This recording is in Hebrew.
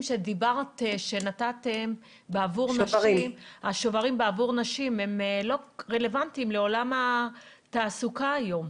השוברים שנתתם לנשים לא רלוונטיים לעולם התעסוקה היום.